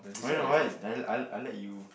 I don't know what I let you